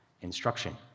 instruction